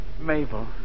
Mabel